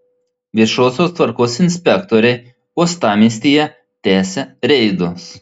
viešosios tvarkos inspektoriai uostamiestyje tęsia reidus